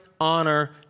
honor